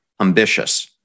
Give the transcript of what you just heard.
ambitious